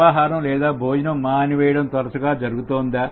అల్పాహారం లేదా భోజనం మానివేయడం తరచుగా జరుగుతోందా